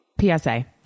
PSA